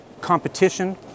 competition